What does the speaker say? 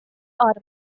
are